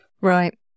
Right